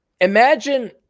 Imagine